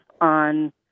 on